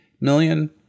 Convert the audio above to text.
million